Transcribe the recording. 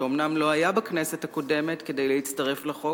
שאומנם לא היה בכנסת הקודמת כדי להצטרף לחוק,